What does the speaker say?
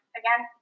again